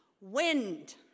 Wind